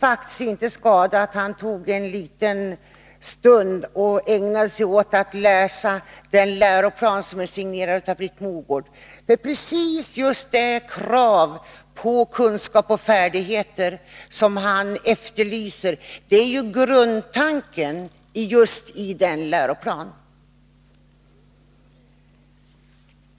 faktiskt inte skulle skada om han ägnade en liten stund åt att läsa den läroplan som är signerad av Britt Mogård. Precis de krav på kunskaper och färdigheter som han efterlyser är grundtanken i den läroplanen.